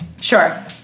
Sure